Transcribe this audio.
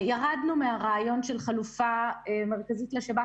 ירדנו מהרעיון של חלופה מרכזית לשב"כ,